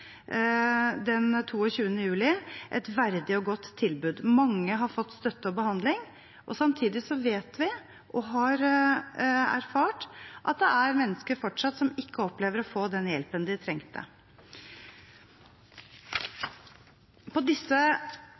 den 22. juli, et verdig og godt tilbud. Mange har fått støtte og behandling. Samtidig vet vi, og har erfart, at det fortsatt er mennesker som ikke opplever å ha fått den hjelpen de trengte. På disse